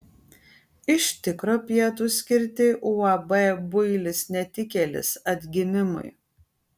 iš tikro pietūs skirti uab builis netikėlis atgimimui